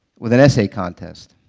with an essay contest,